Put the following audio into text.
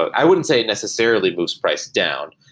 i wouldn't say necessarily moves price down.